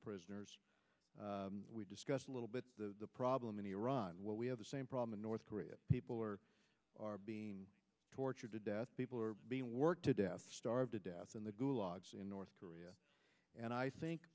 prisoners we discussed a little bit the problem in iran where we have the same problem in north korea people are being tortured to death people are being worked to death starved to death in the gulags in north korea and i think